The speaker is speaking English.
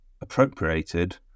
appropriated